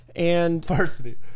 Varsity